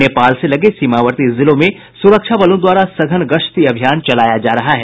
नेपाल से लगे सीमावर्ती जिलों में सुरक्षा बलों द्वारा सघन गश्ती अभियान चलाया जा रहा है